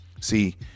See